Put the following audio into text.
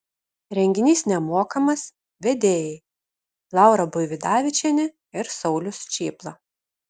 renginys nemokamas vedėjai laura buividavičienė ir saulius čėpla